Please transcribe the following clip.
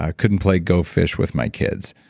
ah couldn't play go fish with my kids.